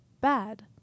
bad